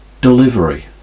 Delivery